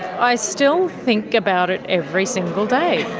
i still think about it every single day.